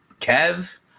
Kev